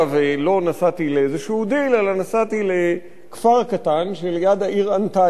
ולא נסעתי באיזה דיל אלא נסעתי לכפר קטן ליד העיר אנטליה.